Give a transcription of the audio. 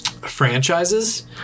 franchises